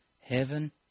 Heaven